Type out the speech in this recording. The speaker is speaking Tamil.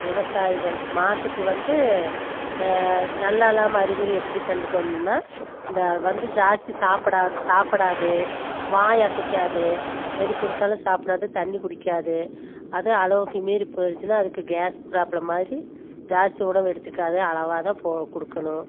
விவசாயிகள் மாட்டுக்கு வந்து நல்லாயில்லாம அறிகுறி எப்படி கண்டுக்கணுனா இந்த வந்து ஜாஸ்தி சாப்பிடா சாப்பிடாது வாய் அசைக்காது எது கொடுத்தாலும் சாப்பிடாது தண்ணி குடிக்காது அதுவும் அளவுக்கு மீறி போயிடிச்சுன்னா அதுக்கு கேஸ் ப்ராப்ளம் மாதிரி ஜாஸ்தி உணவு எடுத்துக்காது அளவாகதான் போ கொடுக்கணும்